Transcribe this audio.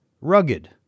rugged